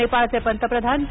नेपाळचे पंतप्रधान के